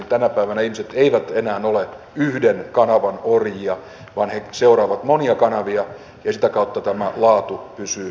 tänä päivänä ihmiset eivät enää ole yhden kanavan orjia vaan he seuraavat monia kanavia ja sitä kautta tämä laatu pysyy